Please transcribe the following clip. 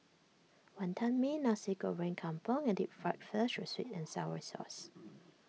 Wantan Mee Nasi Goreng Kampung and Deep Fried Fish with Sweet and Sour Sauce